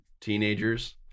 teenagers